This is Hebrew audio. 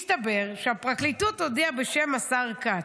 מסתבר שהפרקליטות הודיעה בשם השר כץ,